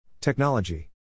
Technology